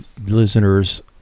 listeners